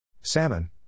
Salmon